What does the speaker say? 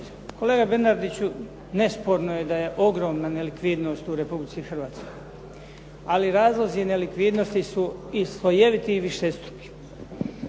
Kolega Bernardiću, nesporno je da je ogromna nelikvidnost u Republici Hrvatskoj ali razlozi nelikvidnosti su i slojeviti i višestruki.